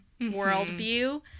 worldview